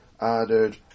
added